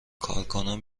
کارکنان